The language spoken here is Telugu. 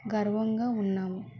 గర్వంగా ఉన్నాము